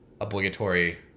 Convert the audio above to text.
obligatory